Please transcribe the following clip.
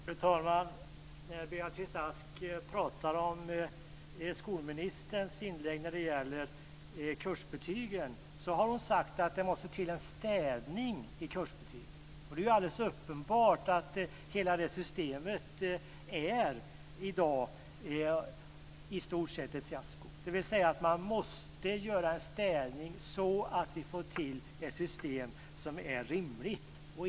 Fru talman! Beatrice Ask talar om skolministerns uttalanden om kursbetygen. Hon har sagt att det måste till en städning i kursbetygen. Det är alldeles uppenbart att hela systemet är i stort sett ett fiasko. Man måste göra en städning så att systemet blir rimligt.